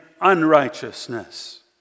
unrighteousness